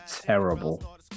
terrible